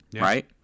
right